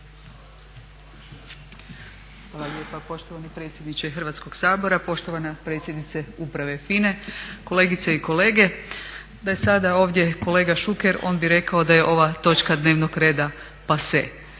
Hvala lijepa poštovani predsjedniče Hrvatskog sabora. Poštovana predsjednice Uprave FINA-e, kolegice i kolege. Da je sada ovdje kolega Šuker on bi rekao da je ova točka dnevnog reda passe